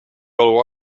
all